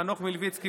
חנוך מלביצקי,